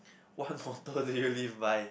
what motto do you live by